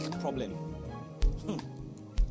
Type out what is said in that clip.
problem